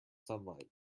sunlight